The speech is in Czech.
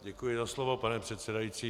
Děkuji za slovo, pane předsedající.